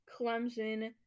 Clemson